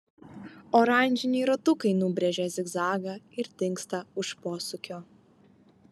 oranžiniai ratukai nubrėžia zigzagą ir dingsta už posūkio